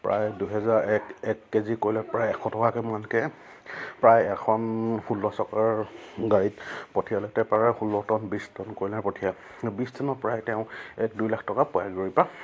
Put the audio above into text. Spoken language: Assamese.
প্ৰায় দুহেজাৰ এক এক কেজি কয়লাত প্ৰায় এশ টকামানকৈ প্ৰায় এখন ষোল্ল চকাৰ গাড়ীত পঠিয়ালে প্ৰায় ষোল্ল টন বিছ টন কয়লা পঠিয়ায় বিছ টিনত প্ৰায় তেওঁ এক দুই লাখ টকা পায়গৈ বা